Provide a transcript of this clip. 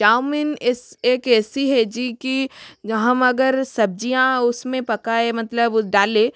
chowmein इस एक ऐसी है जी की जहाँ हम अगर सब्ज़ियाँ उसमें पकाए मतलब डालें